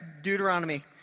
Deuteronomy